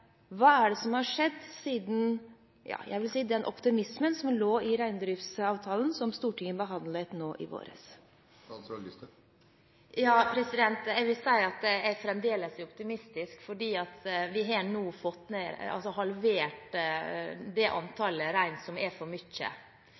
Hva er det som har skjedd siden den optimismen, vil jeg si, som lå i reindriftsavtalen som Stortinget behandlet nå i våres? Jeg er fremdeles optimistisk, fordi vi nå har fått halvert det